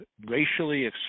racially